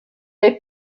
est